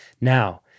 Now